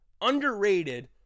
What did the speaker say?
Underrated